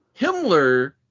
Himmler